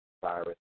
virus